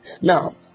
Now